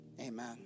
Amen